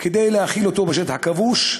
כדי להחיל אותו בשטח כבוש.